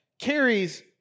carries